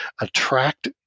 attract